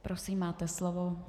Prosím máte slovo.